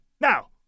Now